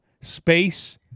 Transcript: Space